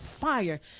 fire